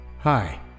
Hi